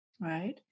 right